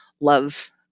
love